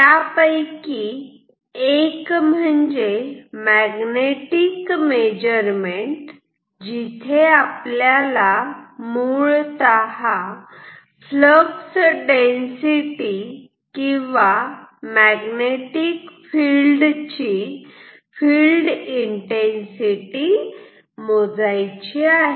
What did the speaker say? त्या पैकी एक म्हणजे मॅग्नेटिक मेजरमेंट जिथे आपल्याला मुळतः फ्लक्स डेन्सिटी किंवा मॅग्नेटिक फिल्ड ची फिल्ड इन्टेन्सिटी मोजायची आहे